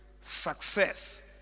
success